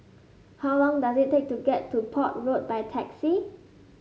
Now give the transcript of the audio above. how long does it take to get to Port Road by taxi